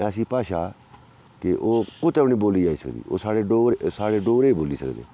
ऐसी भाशा ऐ कि ओह् कुतै बी नेईं बोली जाई सकदी ओह् साढ़ै डोगरे साढ़े डोगरे ही बोली सकदे